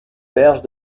berges